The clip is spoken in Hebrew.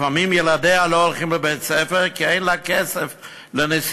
לפעמים ילדיה לא הולכים לבית-הספר כי אין לה כסף לנסיעות.